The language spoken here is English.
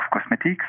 cosmetics